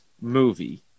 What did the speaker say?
movie